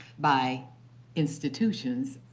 by institutions,